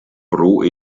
pro